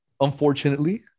unfortunately